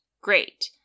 great